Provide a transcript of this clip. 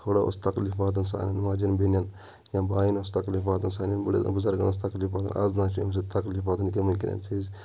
تھوڑا اوس تکلِیٖف واتان سانؠن ماجَن بیٚنؠن یا بایَن اوس تکلِیٖف واتان سانؠن بٕڑن بُزرگَن اوس تکلِیٖف واتان اَز نہ حظ چھِ امہِ سۭتۍ تکلِیٖف واتان کینٛہہ بَلکہِ امہِ سۭتۍ